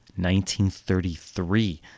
1933